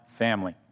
family